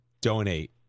donate